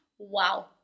Wow